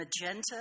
magenta